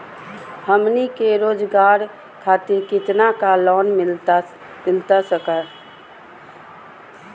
हमनी के रोगजागर खातिर कितना का लोन मिलता सके?